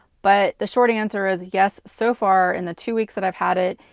but the short answer is, yes, so far in the two weeks that i've had it,